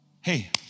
Hey